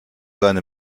seine